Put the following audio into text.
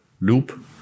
loop